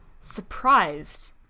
surprised